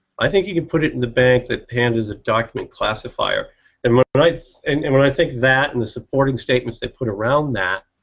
i think he can put it in the bank that panda is a document classifier and but but and and when i think that in the supporting statements that put around that.